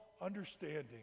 understanding